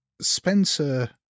Spencer